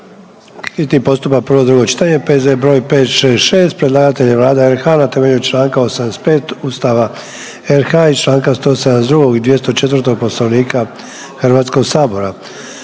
Hitni postupak, prvo i drugo čitanje, P.Z. br. 566, predlagatelj je Vlada RH na temelju čl. 85 Ustava RH i čl. 172. i 204. Poslovnika Hrvatskoga sabora.